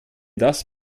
das